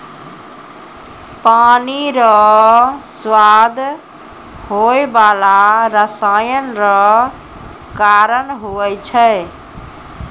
पानी रो स्वाद होय बाला रसायन रो कारण हुवै छै